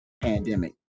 pandemic